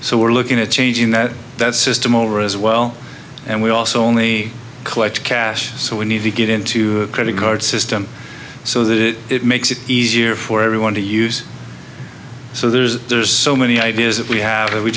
so we're looking at changing that that system over as well and we also only collect cash so we need to get into credit card system so that it makes it easier for everyone to use so there's there's so many ideas that we have